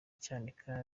cyanika